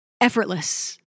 Effortless